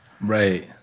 right